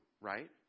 right